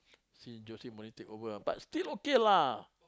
see Jose Morinho take over ah but still okay lah